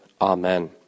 Amen